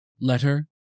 Letter